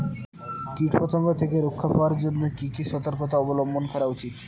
কীটপতঙ্গ থেকে রক্ষা পাওয়ার জন্য কি কি সর্তকতা অবলম্বন করা উচিৎ?